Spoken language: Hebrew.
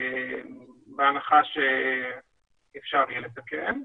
בהנחה שאפשר יהיה לתקן.